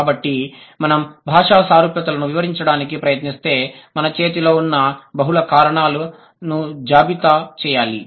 కాబట్టి మనం భాషా సారూప్యతలను వివరించడానికి ప్రయత్నిస్తే మన చేతిలో ఉన్న బహుళ కారణాలను జాబితా చేయాలి